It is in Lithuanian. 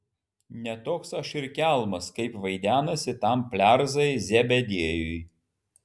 ne toks aš ir kelmas kaip vaidenasi tam plerzai zebediejui